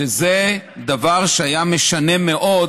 שזה דבר שהיה משנה מאוד